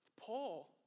Paul